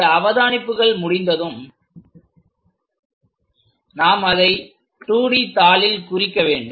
இந்த அவதானிப்புகள் முடிந்ததும் நாம் அதை 2D தாளில் குறிக்க வேண்டும்